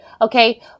Okay